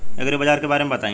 एग्रीबाजार के बारे में बताई?